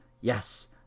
Yes